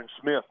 Smith